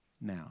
now